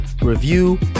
review